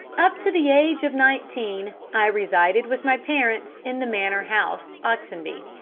up to the age of nineteen, i resided with my parents in the manor house, oxenby.